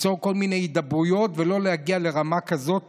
ליצור כל מיני הידברויות ולא להגיע לרמה כזאת,